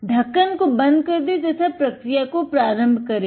ढक्कन को बंद करदे तथा प्रक्रिया को प्रारंभ करे